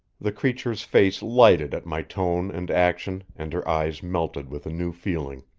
the creature's face lighted at my tone and action, and her eyes melted with a new feeling.